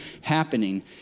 happening